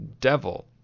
Devil